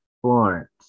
Florence